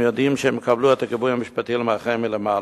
והם יודעים שהם יקבלו את הגיבוי המשפטי למהלכיהם מלמעלה.